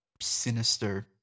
sinister